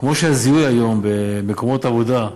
כמו הזיהוי היום במקומות עבודה,